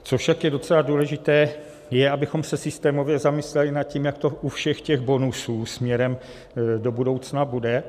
Co je však ještě docela důležité, je abychom se systémově zamysleli nad tím, jak to u všech těch bonusů směrem do budoucna bude.